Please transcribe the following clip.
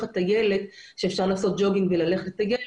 הטיילת שאפשר לעשות ג'וגינג וללכת לטייל.